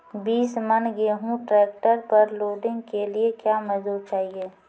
बीस मन गेहूँ ट्रैक्टर पर लोडिंग के लिए क्या मजदूर चाहिए?